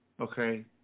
Okay